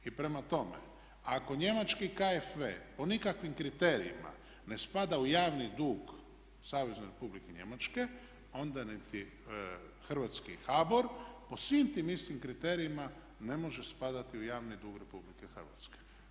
I prema tome, ako njemački KFV po nikakvim kriterijima ne spada u javni dug Savezne Republike Njemačke, onda niti hrvatski HBOR po svim tim istim kriterijima ne može spadati u javni dug Republike Hrvatske.